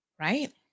right